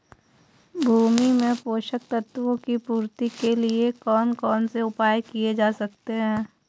भूमि में पोषक तत्वों की पूर्ति के लिए कौन कौन से उपाय किए जा सकते हैं?